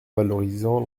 valorisant